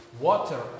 water